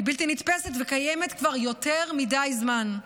היא בלתי נתפסת וקיימת כבר יותר מדי זמן.